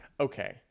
Okay